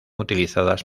utilizadas